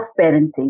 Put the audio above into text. parenting